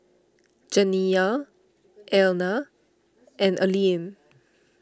Janiya Einar and Alene